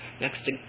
next